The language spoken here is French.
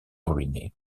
ruiné